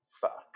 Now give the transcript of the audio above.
Fuck